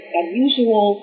unusual